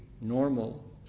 normal